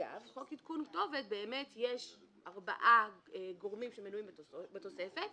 חוק עדכון כתובת באמת יש ארבעה גורמים שמנויים בתוספת: